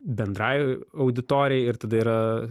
bendrai auditorijai ir tada yra